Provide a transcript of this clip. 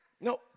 No